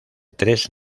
tres